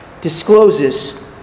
discloses